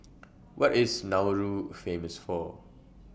What IS Nauru Famous For